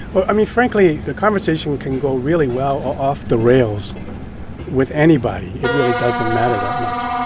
well, i mean, frankly, the conversation can go really well off the rails with anybody. it really doesn't matter that much.